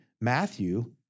Matthew